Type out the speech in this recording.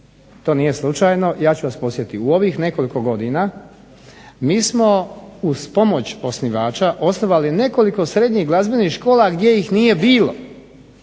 to nije slučajno. Ja ću vas podsjetiti, u ovih nekoliko godina mi smo uz pomoć osnivača osnovali nekoliko srednjih glazbenih škola gdje ih nije bilo.